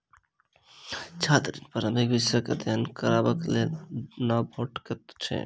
छात्र ऋण पारंपरिक विषयक अध्ययन करबाक लेल नै भेटैत छै